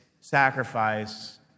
sacrifice